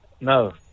No